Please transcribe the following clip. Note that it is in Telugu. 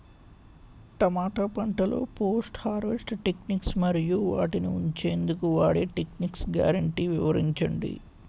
టమాటా పంటలో పోస్ట్ హార్వెస్ట్ టెక్నిక్స్ మరియు వాటిని ఉంచెందుకు వాడే టెక్నిక్స్ గ్యారంటీ వివరించండి?